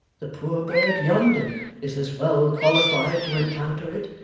the poor bird yonder is as well qualified to encounter it,